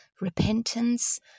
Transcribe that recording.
repentance